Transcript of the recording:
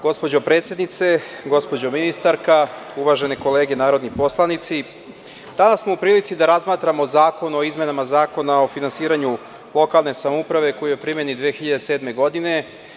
Gospođo predsednice, gospođo ministarka, uvažene kolege narodni poslanici, danas smo u prilici da razmatramo Zakon o izmenama Zakona o finansiranju lokalne samouprave, koji je u primeni od 2007. godine.